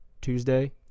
Tuesday